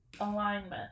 Alignment